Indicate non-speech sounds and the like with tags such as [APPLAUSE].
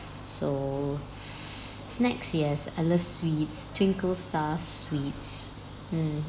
so [BREATH] snacks yes I love sweets twinkle star sweets mm